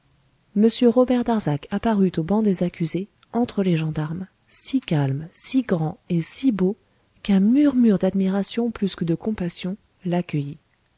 robert darzac apparut au banc des accusés entre les gendarmes si calme si grand et si beau qu'un murmure d'admiration plus que de compassion l'accueillit